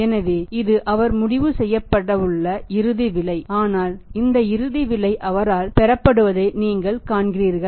எனவே இது அவர் முடிவு செய்யப்படவுள்ள இறுதி விலை ஆனால் இந்த இறுதி விலை அவரால் பெறப்படுவதை நீங்கள் காண்கிறீர்கள்